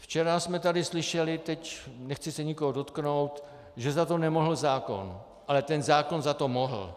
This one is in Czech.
Včera jsme tady slyšeli, nechci se nikoho dotknout, že za to nemohl zákon, ale zákon za to mohl.